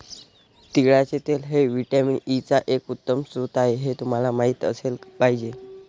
तिळाचे तेल हे व्हिटॅमिन ई चा एक उत्तम स्रोत आहे हे तुम्हाला माहित असले पाहिजे